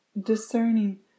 discerning